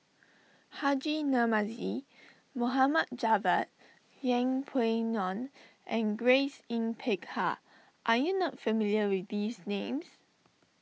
Haji Namazie Mohamad Javad Yeng Pway Ngon and Grace Yin Peck Ha are you not familiar with these names